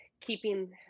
keeping